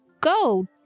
go